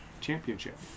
championship